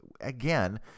again